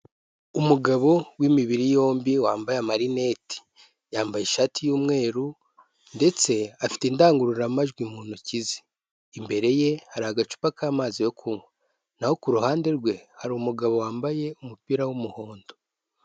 Umugabo w'imibiri yombi wambaye amarinete, yambaye ishati y'umweru ndetse afite indangururamajwi mu ntoki ze, imbere ye hari agacupa k'amazi yo kunywa, naho ku ruhande rwe hari umugabo wambaye umupira w'umuhondo.